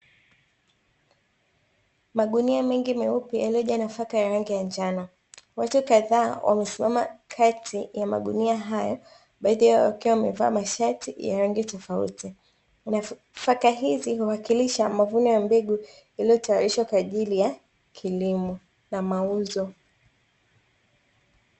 Magunia mengi meupe yaliyojaa nafaka ya rangi ya njano. Watu kadhaa wamesimama kati ya magunia hayo, baadhi yao wakiwa wamevaa mashati ya rangi tofauti. Nafaka hizi huwakilisha mavuno ya mbegu yaliyotayarishwa kwaajili ya kilimo na mauzo.